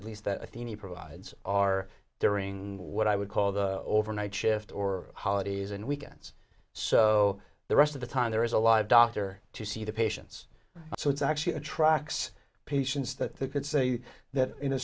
at least that provides our during what i would call the overnight shift or holidays and weekends so the rest of the time there is a lot of doctor to see the patients so it's actually a trucks patients that they could say that in a